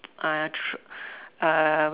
uh tr~ uh